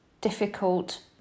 difficult